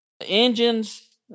Engines